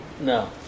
No